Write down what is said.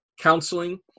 counseling